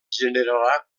generarà